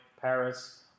Paris